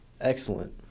Excellent